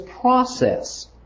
process